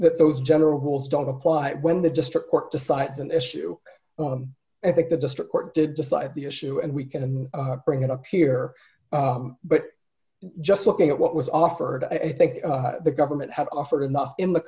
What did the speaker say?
that those general rules don't apply when the district court decides an issue i think the district court did decide the issue and we can bring it up here but just looking at what was offered i think the government had offered enough in the